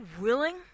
willing